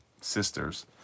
sisters